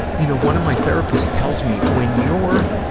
you know, one of my therapists tells me, when your